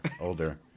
older